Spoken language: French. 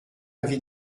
avis